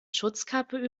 schutzkappe